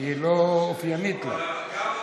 שהיא לא אופיינית לך.